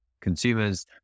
consumers